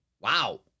Wow